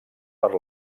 per